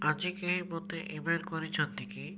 ଆଜି କେହି ମୋତେ ଇମେଲ କରିଛନ୍ତି କି